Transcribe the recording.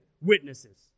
witnesses